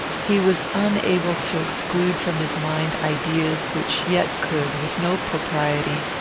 he was unable to exclude from his mind ideas which yet could, with no propriety,